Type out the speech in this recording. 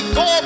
go